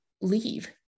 leave